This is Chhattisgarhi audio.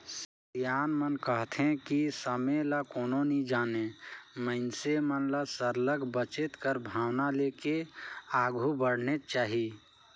सियान मन कहथें कि समे ल कोनो नी जानें मइनसे मन ल सरलग बचेत कर भावना लेके आघु बढ़नेच चाही